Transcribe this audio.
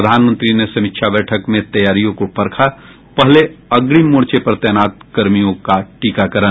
प्रधानमंत्री ने समीक्षा बैठक में तैयारियों को परखा पहले अग्रिम मोर्चे पर तैनात कर्मियों को टीकाकरण